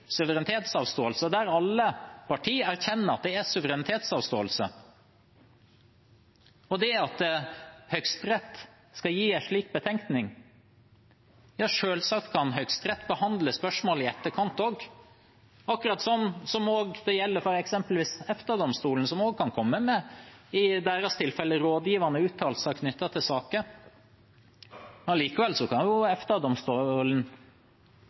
suverenitetsavståelse. Alle partier erkjenner at det er suverenitetsavståelse. Om Høyesterett skulle gi en slik betenkning, kan selvsagt Høyesterett behandle spørsmål i etterkant også, akkurat sånn som det gjelder for f.eks. EFTA-domstolen. De kan komme med – i deres tilfelle – rådgivende uttalelser knyttet til saker, men likevel kan